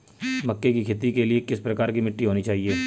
मक्के की खेती के लिए किस प्रकार की मिट्टी होनी चाहिए?